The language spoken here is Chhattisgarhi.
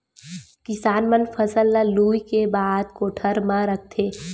किसान मन फसल ल लूए के बाद कोठर म राखथे